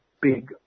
big